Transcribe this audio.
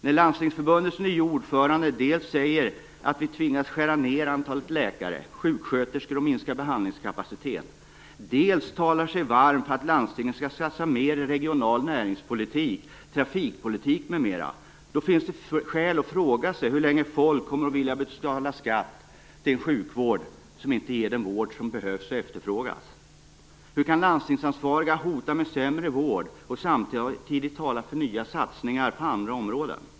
När Landstingsförbundets nye ordförande dels säger att vi tvingas skära ned antalet läkare och sjuksköterskor och minska behandlingskapaciteten, dels talar varmt för att landstingen skall satsa mer i regional näringspolitik, trafikpolitik m.m., då finns det skäl att fråga sig hur länge folk kommer att vilja betala skatt till en sjukvård som inte ger den vård som behövs och efterfrågas. Hur kan landstingsansvariga hota med sämre vård och samtidigt tala för nya satsningar på andra områden?